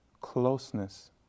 closeness